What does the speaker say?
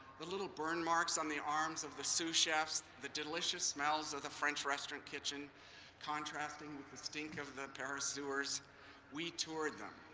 the little burn marks on the arms of the sous chefs, the delicious smells of the french restaurant kitchen contrasting with the stink of the paris sewers we toured them!